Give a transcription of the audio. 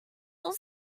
steel